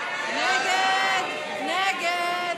חברי הכנסת, בעד, 48, נגד,